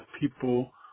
people